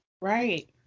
right